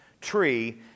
tree